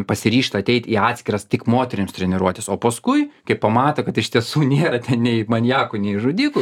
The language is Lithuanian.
pasiryžta ateit į atskiras tik moterims treniruotes o paskui kai pamato kad iš tiesų nėra ten nei maniakų nei žudikų